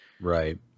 Right